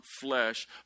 flesh